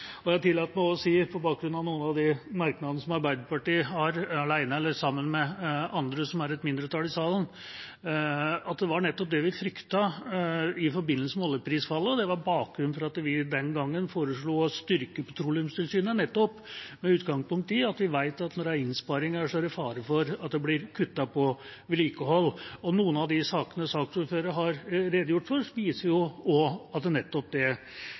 Og jeg tillater meg å si – på bakgrunn av noen av de merknadene som Arbeiderpartiet har, alene eller sammen med andre, som er et mindretall i salen – at det var nettopp det vi fryktet i forbindelse med oljeprisfallet. Det var bakgrunnen for at vi den gangen foreslo å styrke Petroleumstilsynet, nettopp med utgangspunkt i at vi vet at når det er innsparinger, er det fare for at det blir kuttet i vedlikehold, og noen av de sakene som saksordføreren har redegjort for, viser jo at nettopp det